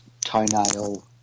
toenail